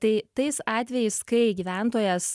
tai tais atvejais kai gyventojas